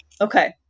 Okay